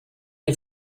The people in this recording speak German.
die